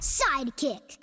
sidekick